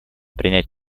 принять